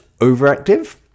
overactive